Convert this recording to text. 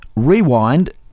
Rewind